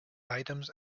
items